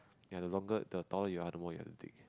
ya the longer the taller you all the more you have to dig